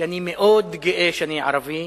שאני מאוד גאה שאני ערבי,